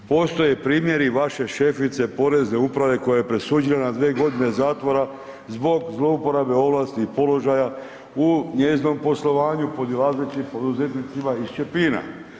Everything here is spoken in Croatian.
Postoje primjeri vaše šefice porezne uprave kojoj je presuđeno 2 g. zatvora zbog zlouporabe ovlasti i položaja u njezinom poslovanju podilazeći poduzetnicima iz Čepina.